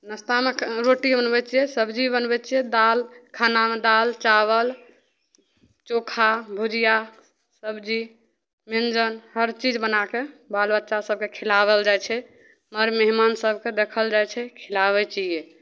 नाश्तामे रोटी बनबै छिए सबजी बनबै छिए दालि खानामे दालि चावल चोखा भुजिआ सबजी मिञ्जन हरचीज बनैके बालबच्चा सभकेँ खिलाएल जाइ छै मर मेहमान सभकेँ देखल जाइ छै खिलाबै छिए